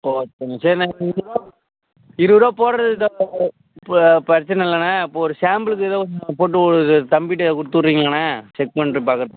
ஓகேண்ண சரிண்ணே ஒரு இருபது ரூபா இருபது ரூபா போடுறது சரிண்ணா இப்போ பிரச்சின இல்லைண்ண இப்போ ஒரு சாம்பிளுக்கு ஏதோ கொஞ்சம் போட்டு ஒரு தம்பிகிட்ட கொடுத்து விட்றீங்களாண்ண செக் பண்ணிட்டு பார்க்கறதுக்கு தானேண்ணா